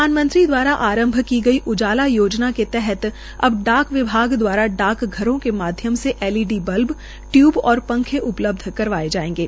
प्रधानमंत्री द्वारा आरम्भ की गई उजाला योजना के तहत अब डाक विभाग द्वारा डाकघरों के माध्यम से एलईडी बल्ब टयूब और पंखे उपलब्ध करवाये जायेंगे